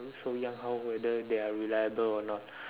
so young how whether they are reliable a not